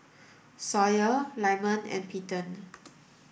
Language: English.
Sawyer Lyman and Peyton